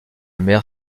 mère